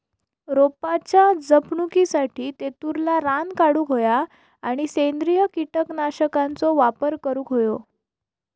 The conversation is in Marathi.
रोपाच्या जपणुकीसाठी तेतुरला रान काढूक होया आणि सेंद्रिय कीटकनाशकांचो वापर करुक होयो